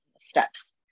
steps